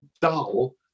dull